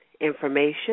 information